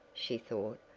she thought,